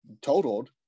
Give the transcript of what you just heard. totaled